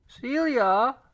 Celia